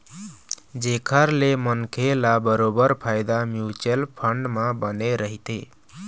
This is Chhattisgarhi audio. जेखर ले मनखे ल बरोबर फायदा म्युचुअल फंड म बने रहिथे